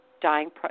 dying